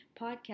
podcast